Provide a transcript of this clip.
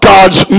God's